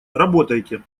работайте